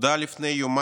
הודה לפני יומיים,